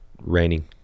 raining